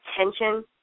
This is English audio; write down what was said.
attention